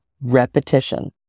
repetition